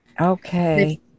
Okay